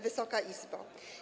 Wysoka Izbo!